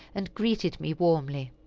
and greeted me warmly.